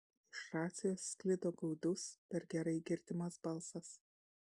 iš racijos sklido gaudus per gerai girdimas balsas